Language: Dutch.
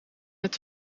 het